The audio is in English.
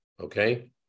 okay